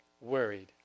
worried